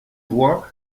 roi